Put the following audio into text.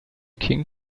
king